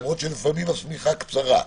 למרות שלפעמים השמיכה קצרה.